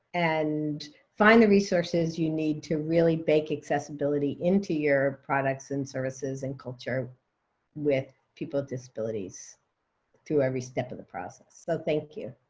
and find the resources you need to really bake accessibility into your products and services and culture with people with disabilities through every step of the process. so thank you.